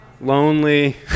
lonely